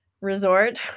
Resort